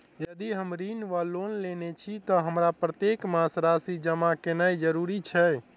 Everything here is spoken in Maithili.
यदि हम ऋण वा लोन लेने छी तऽ हमरा प्रत्येक मास राशि जमा केनैय जरूरी छै?